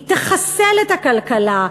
היא תחסל את הכלכלה,